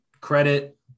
credit